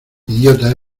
idiota